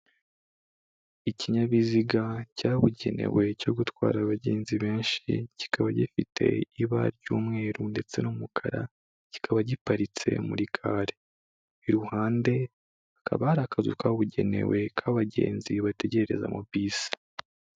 Ikinyabiziga cyabugenewe cyo gutwara abagenzi benshi, kikaba gifite ibara ry'umweru ndetse n'umukara kikaba giparitse muri gare. Iruhande hakaba hari akazu kabugenewe k'abagenzi bategererezamo bisi.